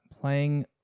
playing